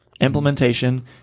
Implementation